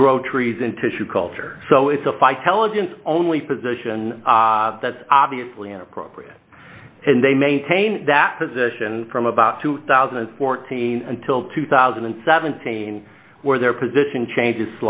to grow trees in tissue culture so it's a fight teligent only position that's obviously inappropriate and they maintain that position from about two thousand and fourteen until two thousand and seventeen where their position changes